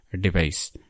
device